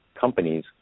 companies